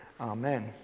Amen